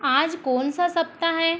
आज कौन सा सप्ताह है